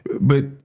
But-